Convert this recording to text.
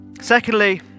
Secondly